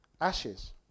ashes